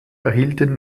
erhielten